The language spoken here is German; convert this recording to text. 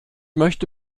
möchte